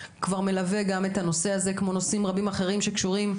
מלווה גם את הנושא הזה כמו נושאים רבים אחרים שקשורים